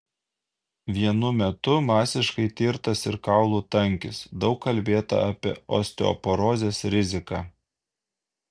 vienu metu masiškai tirtas ir kaulų tankis daug kalbėta apie osteoporozės riziką